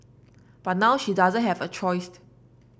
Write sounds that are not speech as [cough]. but now she doesn't have a choice [unintelligible]